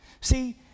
See